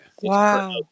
Wow